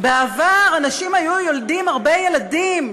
בעבר אנשים היו יולדים הרבה ילדים,